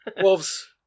Wolves